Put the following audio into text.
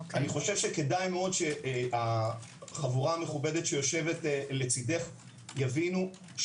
אני חושב שכדאי שהחבורה המכובדת שיושבת לצידך יבינו,